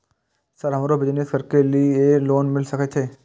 Sir हमरो business करके ली ये लोन मिल सके छे?